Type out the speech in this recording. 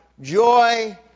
Joy